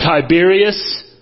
Tiberius